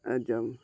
আর জাম